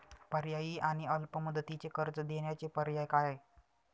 पर्यायी आणि अल्प मुदतीचे कर्ज देण्याचे पर्याय काय?